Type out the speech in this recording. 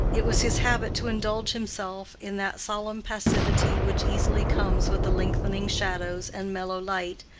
it was his habit to indulge himself in that solemn passivity which easily comes with the lengthening shadows and mellow light,